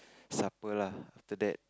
supper lah after that